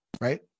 right